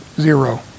Zero